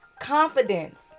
confidence